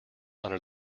under